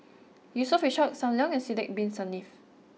Yusof Ishak Sam Leong and Sidek Bin Saniff